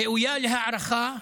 ראויה להערכה,